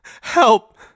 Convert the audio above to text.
Help